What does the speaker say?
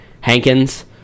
Hankins